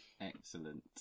Excellent